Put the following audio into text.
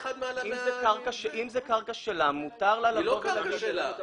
אם זה קרקע שלה -- זו לא קרקע שלה.